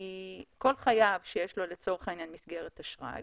כל חייב שיש לו לצורך העניין מסגרת אשראי,